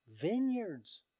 Vineyards